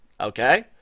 Okay